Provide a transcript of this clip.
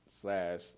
slash